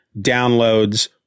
downloads